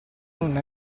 non